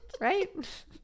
right